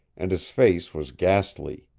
and his face was ghastly.